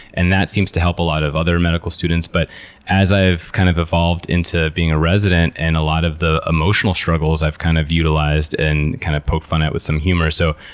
and that seems to help a lot of other medical students. but as i've kind of evolved into being a resident, and a lot of the emotional struggles i've kind of utilized and kind of poked fun at with some humor. so,